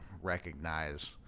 recognize